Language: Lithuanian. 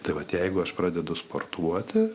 tai vat jeigu aš pradedu sportuoti